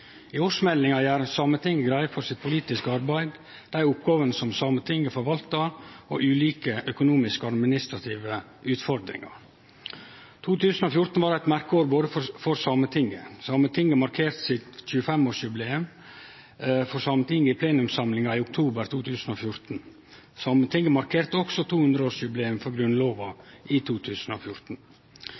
I årsmeldinga gjer Sametinget greie for sitt politiske arbeid, dei oppgåvene som Sametinget forvaltar, og ulike økonomiske og administrative utfordringar. 2014 var eit merkeår for Sametinget. Sametinget markerte sitt 25-årsjubileum for Sametinget i plenumssamlinga i oktober 2014. Sametinget markerte òg 200-årsjubileet for Grunnlova i 2014.